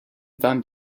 van